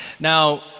Now